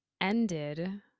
ended